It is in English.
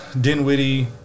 Dinwiddie